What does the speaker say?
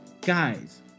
guys